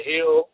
Hill